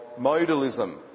modalism